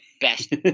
Best